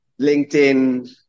LinkedIn